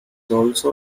also